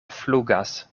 flugas